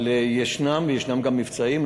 אבל ישנם, וישנם גם מבצעים.